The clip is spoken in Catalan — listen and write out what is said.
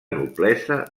noblesa